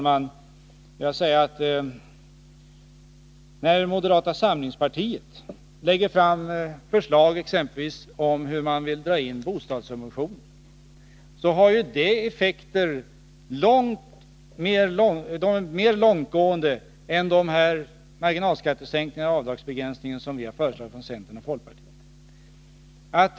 I Moderata samlingspartiets förslag om exempelvis hur man vill dra in bostadssubventionerna har mer långtgående effekter än de marginalskattesänkningar och avdragsbegränsningar som vi från centern och folkpartiet har föreslagit.